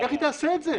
איך היא תעשה את זה?